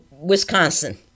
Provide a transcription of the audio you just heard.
Wisconsin